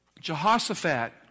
Jehoshaphat